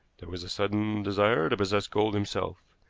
there was a sudden desire to possess gold himself.